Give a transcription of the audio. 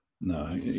no